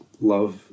love